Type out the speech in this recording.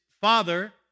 father